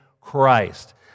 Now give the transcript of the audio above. Christ